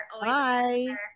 Bye